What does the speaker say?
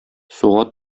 суга